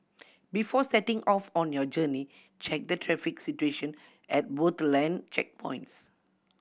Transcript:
before setting off on your journey check the traffic situation at both land checkpoints